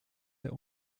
der